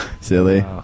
Silly